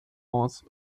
aus